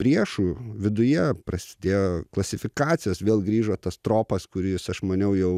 priešų viduje prasidėjo klasifikacijos vėl grįžo tas tropas kuris aš maniau jau